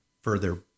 further